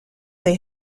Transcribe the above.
they